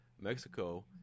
mexico